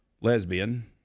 lesbian